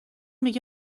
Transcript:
دیگه